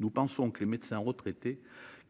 nous pensons que les médecins retraités